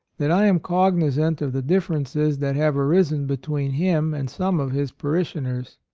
that i am cognizant of the differences that have arisen between him and some of his parishioners.